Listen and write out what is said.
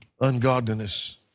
ungodliness